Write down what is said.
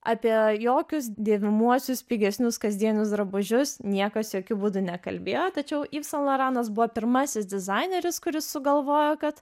apie jokius dėvimuosius pigesnius kasdienius drabužius niekas jokiu būdu nekalbėjo tačiau iv san laranas buvo pirmasis dizaineris kuris sugalvojo kad